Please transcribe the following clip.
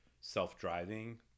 self-driving